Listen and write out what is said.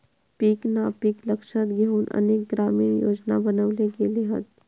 पीक नापिकी लक्षात घेउन अनेक ग्रामीण योजना बनवले गेले हत